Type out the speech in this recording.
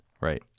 Right